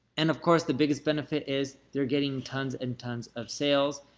and of course, the biggest benefit is, they're getting tons and tons of sales.